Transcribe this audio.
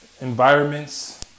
environments